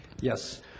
Yes